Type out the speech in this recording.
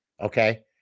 Okay